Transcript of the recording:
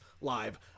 live